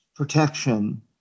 protection